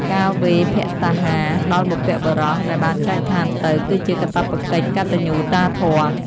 ការវេរភត្តាហារដល់បុព្វបុរសដែលបានចែកឋានទៅ គឺជាកាតព្វកិច្ចកតញ្ញូតាធម៌។